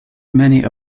many